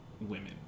women